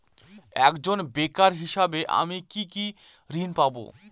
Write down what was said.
একজন বেকার হিসেবে আমি কি কি ঋণ পাব?